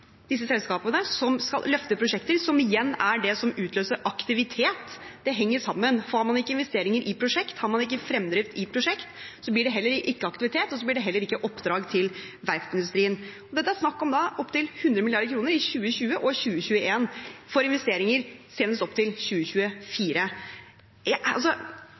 disse selskapene, som løfter prosjekter, og som igjen er det som utløser aktivitet. Det henger sammen; får man ikke investeringer i prosjekter, har man ikke fremdrift i prosjekter, blir det heller ikke aktivitet, og det blir heller ikke oppdrag til verftsindustrien. Det er snakk om opptil 100 mrd. kr i 2020 og 2021 for investeringer til senest